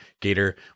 Gator